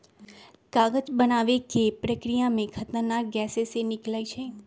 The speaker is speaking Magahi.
कागज बनाबे के प्रक्रिया में खतरनाक गैसें से निकलै छै